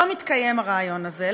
לא מתקיים הרעיון הזה.